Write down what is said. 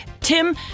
Tim